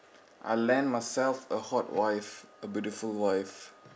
I land myself a hot wife a beautiful wife